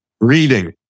reading